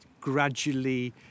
gradually